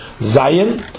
Zion